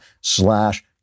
slash